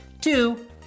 Two